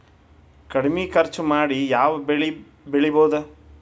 ಕಡಮಿ ಖರ್ಚ ಮಾಡಿ ಯಾವ್ ಬೆಳಿ ಬೆಳಿಬೋದ್?